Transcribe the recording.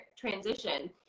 transition